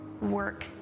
work